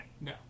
No